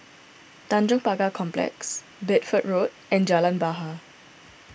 Tanjong Pagar Complex Bedford Road and Jalan Bahar